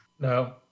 No